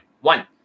One